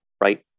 right